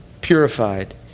purified